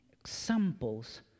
examples